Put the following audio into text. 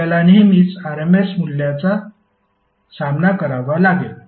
आपल्याला नेहमीच RMS मूल्याचा सामना करावा लागेल